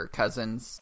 cousins